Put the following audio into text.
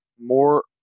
more